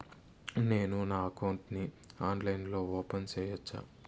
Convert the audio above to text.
నేను నా అకౌంట్ ని ఆన్లైన్ లో ఓపెన్ సేయొచ్చా?